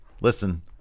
listen